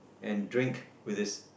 and drink with his